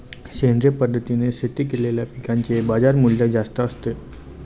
सेंद्रिय पद्धतीने शेती केलेल्या पिकांचे बाजारमूल्य जास्त असते